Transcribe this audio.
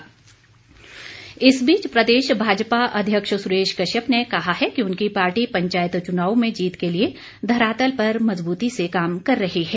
सुरेश कश्यप इस बीच प्रदेश भाजपा अध्यक्ष सुरेश कश्यप ने कहा है कि उनकी पार्टी पंचायत चुनावों में जीत के लिए धरातल पर मज़बूती से काम कर रही है